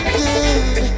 good